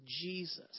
Jesus